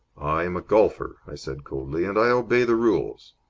i am a golfer, i said, coldly, and i obey the rules.